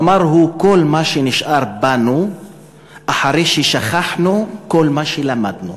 אמר, כל מה שנשאר בנו אחרי ששכחנו כל מה שלמדנו.